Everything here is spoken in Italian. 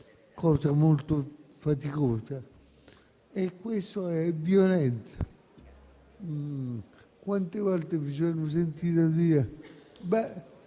(cosa molto faticosa). E questa è violenza. Quante volte mi sono sentito dire: